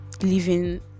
living